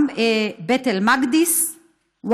וגם בית המקדש,)